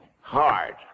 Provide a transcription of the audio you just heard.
hard